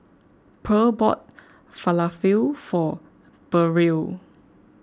Purl bought Falafel for Burrell